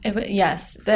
Yes